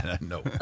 No